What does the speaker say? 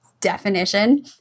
definition